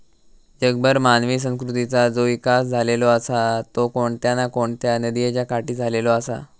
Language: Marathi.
जगभर मानवी संस्कृतीचा जो इकास झालेलो आसा तो कोणत्या ना कोणत्या नदीयेच्या काठी झालेलो आसा